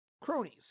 cronies